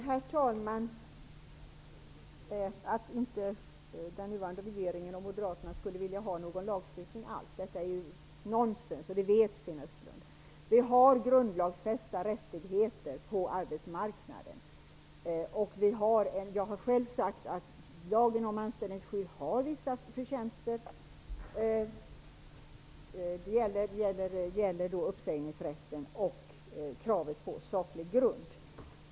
Herr talman! Att påstå att den nuvarande regeringen och Moderaterna inte skulle vilja ha någon lagstiftning alls är nonsens -- det vet Sten Östlund. Vi har grundlagsfästa rättigheter på arbetsmarknaden. Jag har själv sagt att lagen om anställningsskydd har vissa förtjänster. Det gäller uppsägningsrätten och kravet på saklig grund.